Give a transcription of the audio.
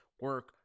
Work